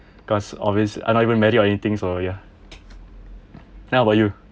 because obviously I'm not even married or anything so ya then how about you